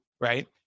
right